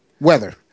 Weather